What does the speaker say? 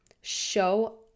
show